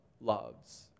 loves